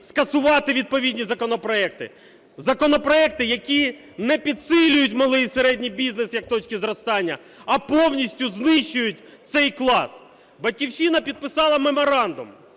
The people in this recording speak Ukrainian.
скасувати відповідні законопроекти, законопроекти, які не підсилюють малий і середній бізнес як точки зростання, а повністю знищують цей клас. "Батьківщина" підписала меморандум,